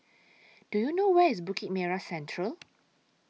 Do YOU know Where IS Bukit Merah Central